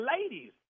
ladies